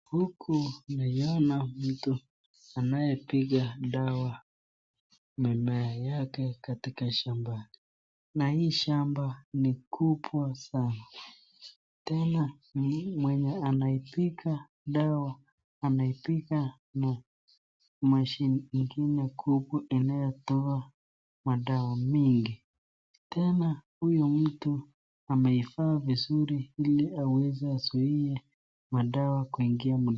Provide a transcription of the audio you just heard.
Huku naiona mtu anayepiga dawa mimea yake katika shambani, na hii shamba ni kubwa sana, tena ni mwenye anaipiga dawa anaipiga na mashini ingine kubwa inayotoa madawa mingi, tena huyu mtu ameivaa vizuri ili aweze azuie madawa kuingia mdomoni.